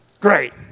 Great